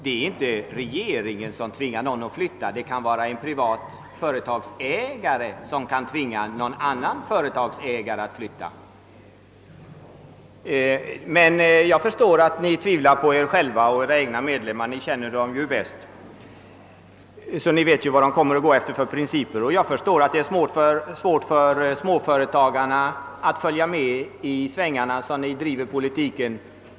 Det är inte regeringen som tvingar någon att flytta; bara en företagsägare kan tvinga någon annan företagsägare att flytta. Men jag förstår att ni tvivlar på edra egna medlemmar. Ni känner dem ju bäst, så att ni vet efter vilka principer de kommer att gå. Jag förstår att det är svårt för småföretagare att följa med i svängarna på grund av ert sätt att driva politik.